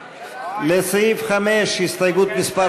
לסעיף 5, הסתייגות מס'